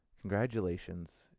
Congratulations